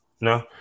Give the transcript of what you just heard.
No